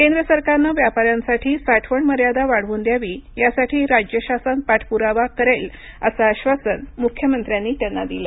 केंद्र सरकारने व्यापाऱ्यांसाठी साठवण मर्यादा वाढवून द्यावी यासाठी राज्य शासन पाठपुरावा करेल असं आश्वासन मुख्यमंत्र्यांनी त्यांना दिलं